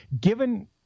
given